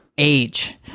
age